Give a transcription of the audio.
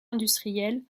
industrielle